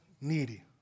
needy